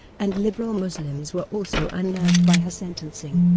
and liberal muslims were also unnerved by her sentencing.